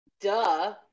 Duh